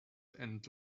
and